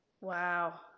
Wow